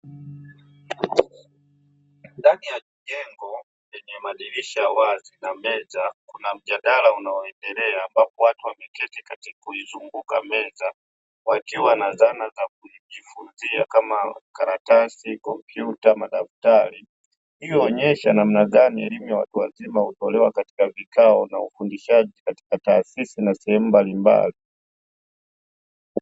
Ndani ya jengo lenye madirisha wazi na meza kuna mjadala unao endelea, ambapo watu wameketi katika kuizunguka meza, wakiwa na zana za kujifunzia kama karatasi, kompyuta, madaftari. Hii huonyesha namna gani elimu ya watu wazima hutolewa katika vikao na ufundishaji katika taasisi na sehemu mbalimbali.